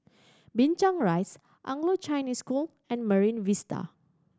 Binchang Rise Anglo Chinese School and Marine Vista